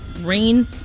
rain